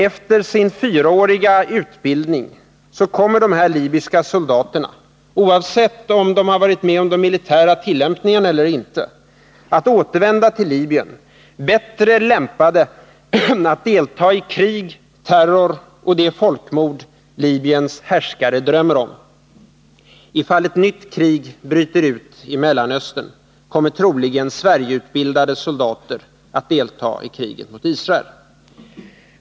Efter sin fyraåriga utbildning kommer de libyska soldaterna — oavsett om de varit med om de militära tillämpningarna eller inte — att återvända till Libyen bättre lämpade att delta i krig och terror och i det folkmord Libyens härskare drömmer om. Ifall ett nytt krig bryter ut i Mellanöstern kommer troligen Sverigeutbildade soldater att delta i kriget mot Israel.